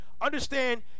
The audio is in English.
Understand